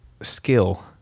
skill